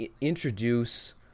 introduce